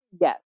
Yes